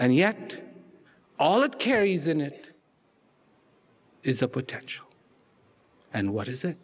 and yet all it carries in it is a potential and what is